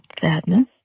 sadness